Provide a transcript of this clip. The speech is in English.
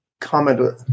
comment